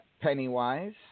Pennywise